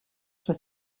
for